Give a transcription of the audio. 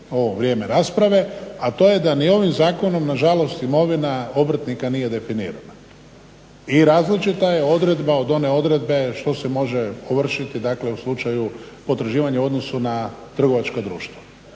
ovo vrijeme rasprave, a to je da ni ovim zakonom na žalost imovina obrtnika nije definira. I različita je odredba od one odredbe što se može ovršiti, dakle u slučaju potraživanja u odnosu na trgovačka društva.